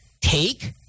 take